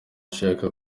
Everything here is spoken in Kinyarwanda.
shaka